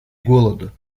голода